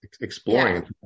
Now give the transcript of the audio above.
exploring